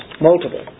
multiple